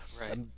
Right